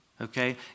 Okay